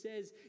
says